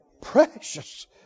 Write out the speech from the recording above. Precious